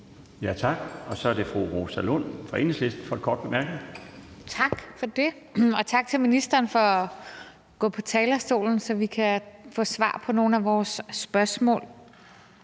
Tak. Så er det fru Rosa Lund fra Enhedslisten for en kort bemærkning. Kl. 12:41 Rosa Lund (EL): Tak for det. Og tak til ministeren for at gå på talerstolen, så vi kan få svar på nogle af vores spørgsmål.